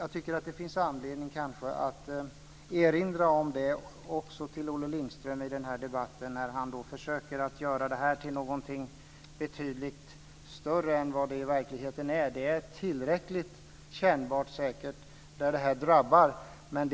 Jag tycker att det finns anledning att erinra Olle Lindström om detta i den här debatten, när han försöker göra det här till någonting betydligt större än vad det i verkligheten är. Det här är säkert tillräckligt kännbart där det drabbar.